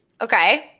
Okay